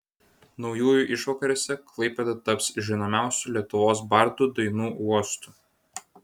naujųjų išvakarėse klaipėda taps žinomiausių lietuvos bardų dainų uostu